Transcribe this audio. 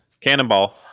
Cannonball